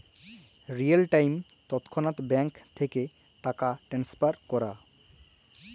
real time তৎক্ষণাৎ bank থ্যাইকে টাকা টেলেসফার ক্যরা